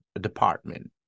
department